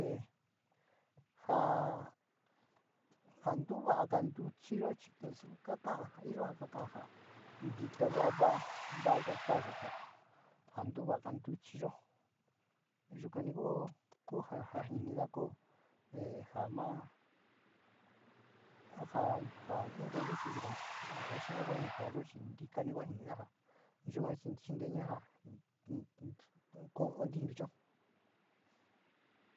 Jaa, sa ntuva´aga ntuchiyo chi ku su kaka´a iyo ja kaka ja ntito ku ja va´a, va´aga koyo, ja ntuva´a ntuchiyo yukani ku ku ja jinida, koy, o ja naa, ja, ja in teyu chi’ yukani ja uxi te, ja uxi nu nu ja kayu chi ntikani yua kua ja jinida na ja ko ntiji ntuchio.